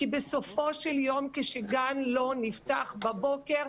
כי בסופו של יום כשגן לא נפתח בבוקר,